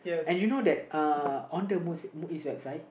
and you know that uh on the Muslim on the MUIS website